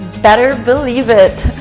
better believe it.